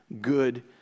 good